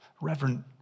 Reverend